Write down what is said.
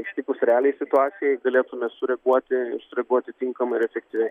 ištikus realiai situacijai galėtume sureaguoti ir sureaguoti tinkamai ir efektyviai